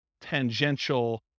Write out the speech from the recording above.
tangential